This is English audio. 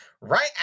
right